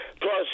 plus